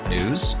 News